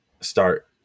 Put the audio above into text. start